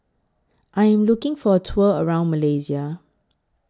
I Am looking For A Tour around Malaysia